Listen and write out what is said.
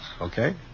okay